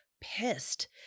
pissed